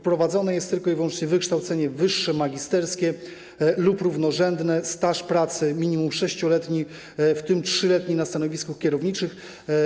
Wprowadzone jest tylko i wyłącznie wykształcenie wyższe magisterskie lub równorzędne, staż pracy minimum 6-letni, w tym 3-letni na stanowisku kierowniczym.